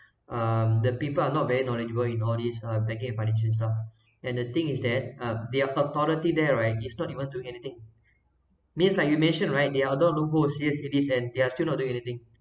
um the people are not very knowledgeable in all this uh banking and financing stuff and the thing is that um their authority there right is not even do anything means like you mention right there are although loopholes yes it is and they are still not doing anything